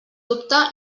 dubte